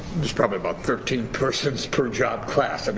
it's probably about thirteen persons per jobs class. and